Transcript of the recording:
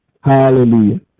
Hallelujah